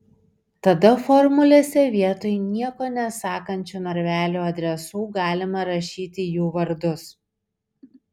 tada formulėse vietoj nieko nesakančių narvelių adresų galima rašyti jų vardus